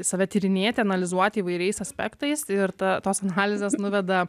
save tyrinėti analizuoti įvairiais aspektais ir ta tos analizės nuveda